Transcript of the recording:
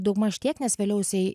daugmaž tiek nes vėliau jisai